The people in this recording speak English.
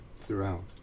throughout